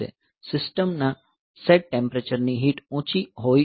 સિસ્ટમના set temperature ની heat ઊંચી હોઈ શકે છે